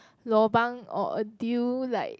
lobang or a deal like